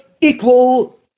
equal